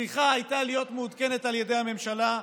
צריכה הייתה להיות מעודכנת על ידי הממשלה,